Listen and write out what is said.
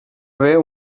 haver